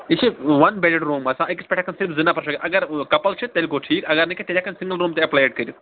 یہِ چھِ one bedded room آسان أکِس پیٚٹھ ہیٚکَن صِرف زٕ نَفر شۅنٛگِتھ اگر کَپل چھِ تیٚلہِ گوٚو ٹھیٖک اگر نہٕ کیٚنٛہہ تیٚلہِ ہیٚکن تِم سِنٛگٕل روٗم تہِ ایٚپلے حظ کٔرِتھ